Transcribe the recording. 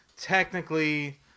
technically